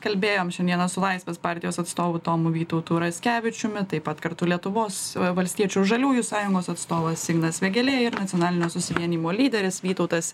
kalbėjom šiandieną su laisvės partijos atstovu tomu vytautu raskevičiumi taip pat kartu lietuvos valstiečių žaliųjų sąjungos atstovas ignas vėgėlė ir nacionalinio susivienijimo lyderis vytautas